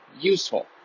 useful